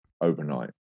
overnight